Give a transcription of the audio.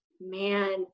man